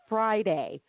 Friday